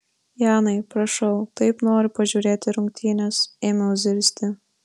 janai prašau taip noriu pažiūrėti rungtynes ėmiau zirzti